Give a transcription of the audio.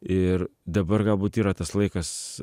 ir dabar galbūt yra tas laikas